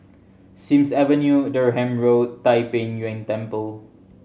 Sims Avenue Durham Road Tai Pei Yuen Temple